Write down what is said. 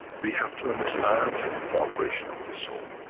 we have to understand the operation of the soul.